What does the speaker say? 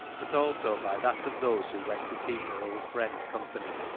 but also by that of those who went to keep their old friend company.